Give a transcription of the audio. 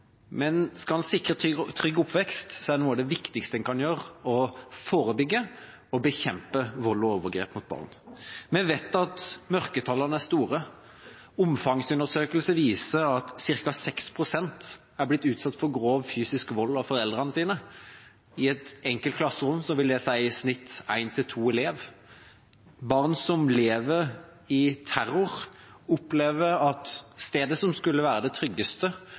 Men skal en sikre trygg oppvekst, er noe av det viktigste en kan gjøre, å forebygge og bekjempe vold og overgrep mot barn. Vi vet at mørketallene er store. Omfangsundersøkelser viser at ca. 6 pst. har blitt utsatt for grov fysisk vold av foreldrene sine. I et enkelt klasserom vil det si i snitt en–to elever. Barn som lever i terror, opplever at stedet som skulle være det tryggeste,